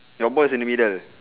your ball is in the middle